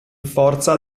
forza